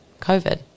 COVID